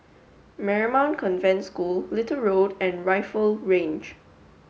Marymount Convent School Little Road and Rifle Range